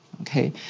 Okay